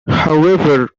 however